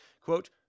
Quote